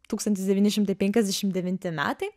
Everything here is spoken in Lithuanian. tūkstantis devyni šimtai penkiasdešimt devinti metai